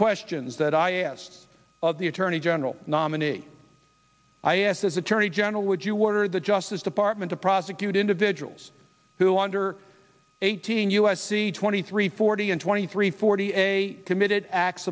questions that i asked of the attorney general nominee i asked as attorney general would you water the justice department to prosecute individuals who under eighteen u s c twenty three forty and twenty three forty a committed acts